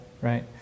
Right